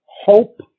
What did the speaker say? Hope